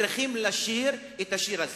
צריכים לשיר את השיר הזה.